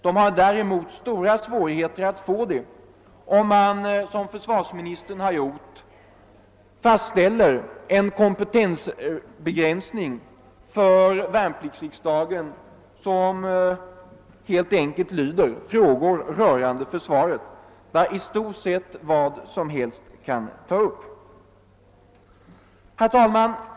De har däremot stora svårigheter att få det, om man som försvarsministern har gjort fastställer en kompetensbegränsning för värnpliktsriksdagen som helt enkelt lyder: »frågor rörande försvaret». Det innebär att i stort sett vad som helst kan tas upp. Herr talman!